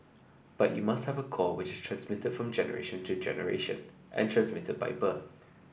but you must have a core which is transmitted from generation to generation and transmitted by birth